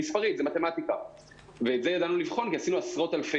את זה ידענו לבחון כי עשינו עשרות אלפי